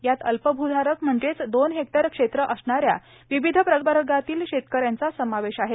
यात अल्पभूधारक म्हणजेच दोन हेक्टर क्षेत्र असणाऱ्या विविध प्रवर्गातील शेतकऱ्यांचा समावेश आहे